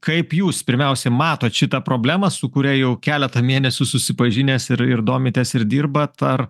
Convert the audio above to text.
kaip jūs pirmiausiai matot šitą problemą su kuria jau keletą mėnesių susipažinęs ir ir domitės ir dirbat ar